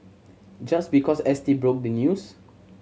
just because S T broke the news